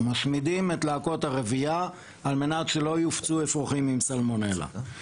משמידים את להקות הרבייה על מנת שלא יופצו אפרוחים עם סלמונלה.